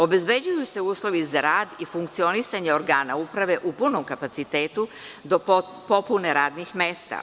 Obezbeđuju se uslovi za rad i funkcionisanje organa uprave u punom kapacitetu do popune radnih mesta.